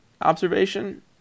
observation